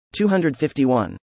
251